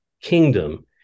kingdom